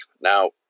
now